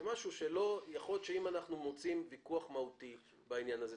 זה משהו שיכול להיות שאם אנחנו מוצאים ויכוח מהותי בעניין הזה,